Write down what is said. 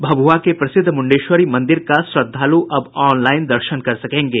भभुआ के प्रसिद्ध मुंडेश्वरी मंदिर का श्रद्धालु अब ऑनलाईन दर्शन कर सकेंगे